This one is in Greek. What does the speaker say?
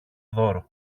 δώρο